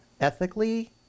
ethically